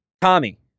Tommy